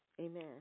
Amen